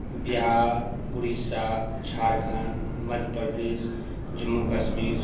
Bihar Orissa Jharkhand Madhya Pradesh Jammu Kashmir